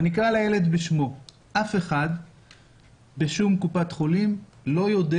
ואני אקרא לילד בשמו: אף אחד בשום קופת חולים לא יודע